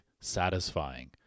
satisfying